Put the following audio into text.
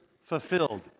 fulfilled